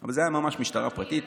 אבל זה היה ממש משטרה פרטית.